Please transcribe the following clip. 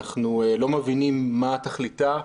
אנחנו לא מבינים מה תכליתה,